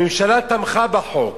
הממשלה תמכה בחוק,